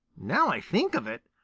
now i think of it,